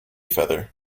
feather